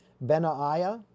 Benaiah